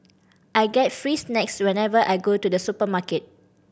I get free snacks whenever I go to the supermarket